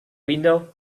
window